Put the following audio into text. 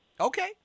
Okay